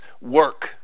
work